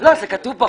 זה כתוב בחוק?